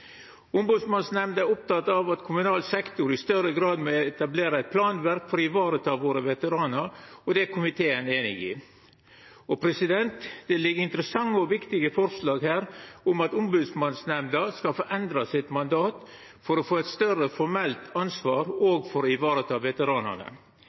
er oppteken av at kommunal sektor i større grad må etablera eit planverk for å vareta våre veteranar, og det er komiteen einig i. Det ligg interessante og viktige forslag her om at Ombodsmannsnemnda skal få endra sitt mandat for å få eit større formelt ansvar